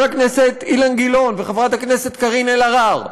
הכנסת אילן גילאון וחברת הכנסת קארין אלהרר,